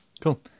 Cool